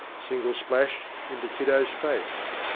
a single splash, into kiddo's face.